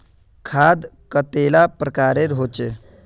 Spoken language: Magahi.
खाद कतेला प्रकारेर होचे?